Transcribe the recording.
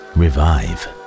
revive